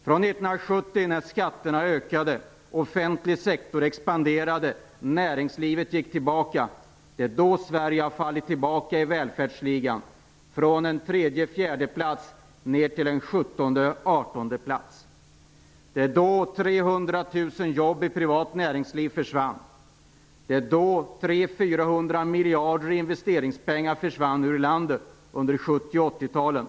Från 1970, då skatterna ökade, offentlig sektor expanderade och näringslivet gick tillbaka, har Sverige gått tillbaka i välfärdsligan. Vi har gått från en tredje eller fjärde plats ned till en sjuttonde eller artonde plats. 300 000 jobb i privat näringsliv försvann. 300-400 miljarder kronor i investeringspengar försvann från landet under 70 och 80-talen.